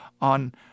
on